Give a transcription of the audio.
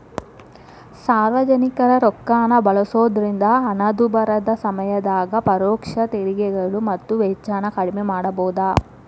ಸಾರ್ವಜನಿಕರ ರೊಕ್ಕಾನ ಬಳಸೋದ್ರಿಂದ ಹಣದುಬ್ಬರದ ಸಮಯದಾಗ ಪರೋಕ್ಷ ತೆರಿಗೆಗಳು ಮತ್ತ ವೆಚ್ಚನ ಕಡ್ಮಿ ಮಾಡಬೋದು